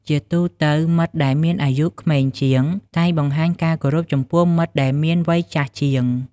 ជាទូទៅមិត្តដែលមានអាយុក្មេងជាងតែងបង្ហាញការគោរពចំពោះមិត្តដែលមានវ័យចាស់ជាង។